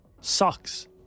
socks